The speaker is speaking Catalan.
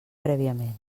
prèviament